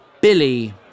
Billy